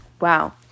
Wow